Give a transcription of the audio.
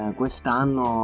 quest'anno